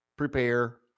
prepare